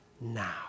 now